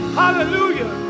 hallelujah